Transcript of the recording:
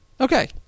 Okay